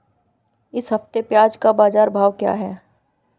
इस हफ्ते प्याज़ का बाज़ार भाव क्या है?